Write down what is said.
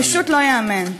פשוט לא ייאמן.